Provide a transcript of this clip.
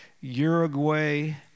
Uruguay